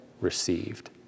received